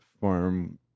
farm